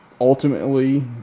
ultimately